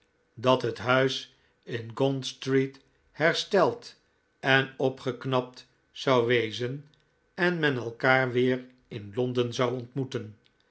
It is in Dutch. dat het huis in gaunt street hersteld en opgeknapt zou wezen en men elkaar weer in londen zou ontmoeten